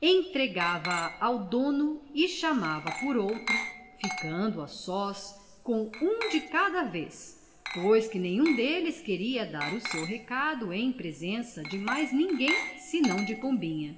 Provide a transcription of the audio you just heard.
entregava a ao dono e chamava por outro ficando a sós com um de cada vez pois que nenhum deles queria dar o seu recado em presença de mais ninguém senão de pombinha